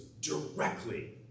Directly